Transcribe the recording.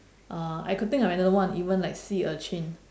uh I could think of another one even like sea urchin